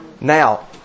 Now